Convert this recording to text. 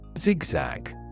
Zigzag